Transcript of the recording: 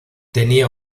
tenía